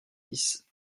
dix